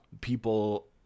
people